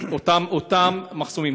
דרך אותם מחסומים.